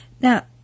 now